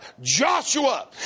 Joshua